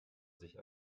sich